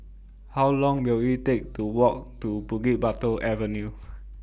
How Long Will IT Take to Walk to Bukit Batok Avenue